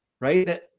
right